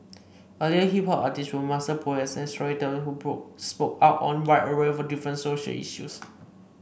early hip hop artists were master poets and storytellers who spoke out on a wide array of different social issues